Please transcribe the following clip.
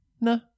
No